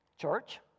Church